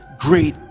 great